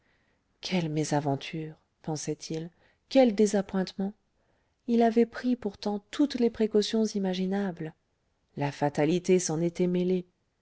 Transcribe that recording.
quelle mésaventure pensait-il quel désappointement il avait pris pourtant toutes les précautions imaginables la fatalité s'en était mêlée